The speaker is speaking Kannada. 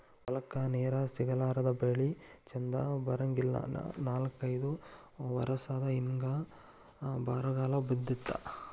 ಹೊಲಕ್ಕ ನೇರ ಸಿಗಲಾರದ ಬೆಳಿ ಚಂದ ಬರಂಗಿಲ್ಲಾ ನಾಕೈದ ವರಸದ ಹಿಂದ ಬರಗಾಲ ಬಿದ್ದಿತ್ತ